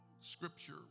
Scripture